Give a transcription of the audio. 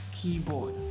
keyboard